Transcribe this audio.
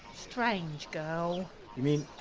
strange girl. you mean